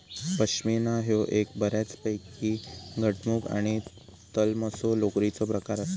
पश्मीना ह्यो एक बऱ्यापैकी घटमुट आणि तलमसो लोकरीचो प्रकार आसा